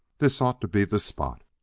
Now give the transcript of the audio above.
this ought to be the spot.